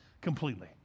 completely